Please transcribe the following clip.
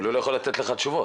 אבל הוא לא יכול לתת לך תשובות.